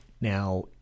Now